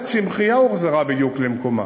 והצמחייה הוחזרה בדיוק למקומה.